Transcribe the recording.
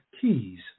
keys